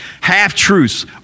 Half-truths